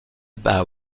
bat